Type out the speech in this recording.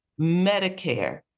Medicare